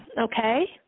Okay